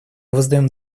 воздаем